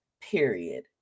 period